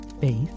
faith